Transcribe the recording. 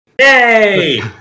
Yay